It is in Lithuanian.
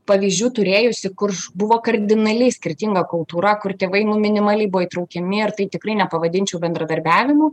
pavyzdžių turėjusi kur buvo kardinaliai skirtinga kultūra kur tėvai nu minimaliai buvo įtraukiami ir tai tikrai nepavadinčiau bendradarbiavimu